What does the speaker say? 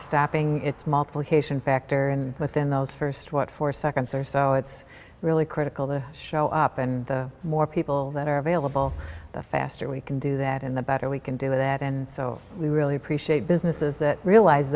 stopping its multiplication factor in within those first what four seconds or so it's really critical that show up and the more people that are available the faster we can do that and the better we can do that and so we really appreciate businesses that realize